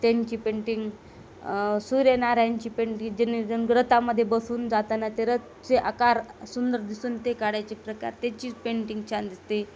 त्यांची पेंटिंग सूर्यनारायणची पेंटिंग जेणे ज रथामध्ये बसून जाताना ते रथाचे आकार सुंदर दिसून ते काढायचे प्रकार त्याचीच पेंटिंग छान दिसते